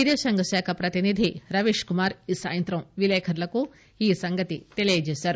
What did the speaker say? విదేశాంగ శాఖ ప్రతినిధి రవీశ్ కుమార్ ఈ సాయంత్రం విలేకరులకు ఈ సంగతి తెలియజేశారు